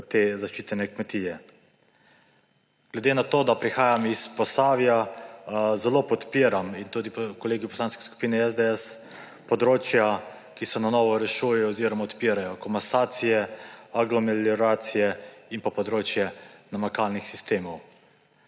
zaščitne kmetije. Glede na to da prihajam iz Posavja, zelo podpiram, prav tako tudi kolegi v Poslanski skupini SDS, področja, ki se na novo rešujejo oziroma odpirajo: komasacije, agromelioracije in pa področje namakalnih sistemov.